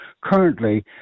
currently